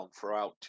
throughout